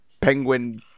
penguin